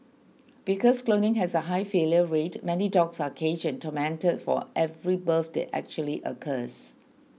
because cloning has a high failure rate many dogs are caged and tormented for every birth that actually occurs